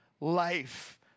life